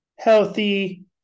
healthy